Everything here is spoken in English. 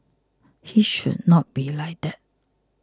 he should not be like that